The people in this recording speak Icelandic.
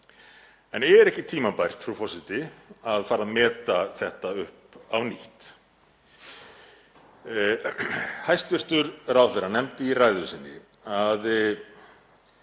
En er ekki tímabært, frú forseti, að fara að meta þetta upp á nýtt? Hæstv. ráðherra nefndi í ræðu sinni að